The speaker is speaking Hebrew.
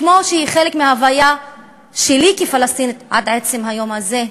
כמו שהיא חלק מההוויה שלי כפלסטינית עד עצם היום הזה.